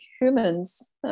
humans